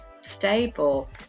stable